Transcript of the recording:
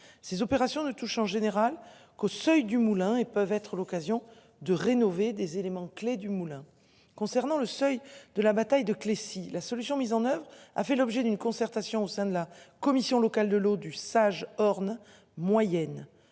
Ces opérations ne touche en général qu'au seuil Dumoulin et peuvent être l'occasion de rénover des éléments clés du Moulin concernant le seuil de la bataille de clefs si la solution mise en oeuvre a fait l'objet d'une concertation au sein de la commission locale de l'eau du sage Orne moyenne